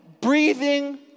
breathing